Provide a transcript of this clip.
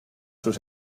sus